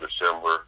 December